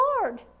Lord